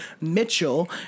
Mitchell